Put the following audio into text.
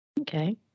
okay